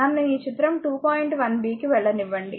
1 b కి వెళ్ళనివ్వండి